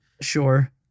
Sure